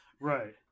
Right